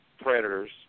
predators